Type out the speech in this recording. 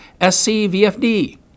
SCVFD